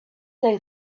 they